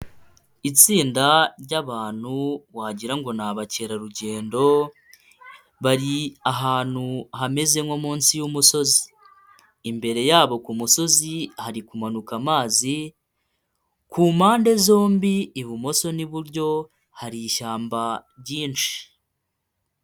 Itsinda ry’abantu wagirango ngo ni abakerarugendo bari ahantu hameze nko munsi y’umusozi, imbere yabo ku musozi hari kumanuka amazi kumpande zombi ibumoso n’iburyo. Hari ishyamba ryinshi.